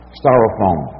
styrofoam